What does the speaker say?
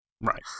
right